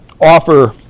offer